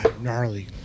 gnarly